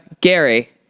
Gary